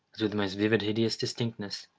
as, with the most vivid hideous distinctness,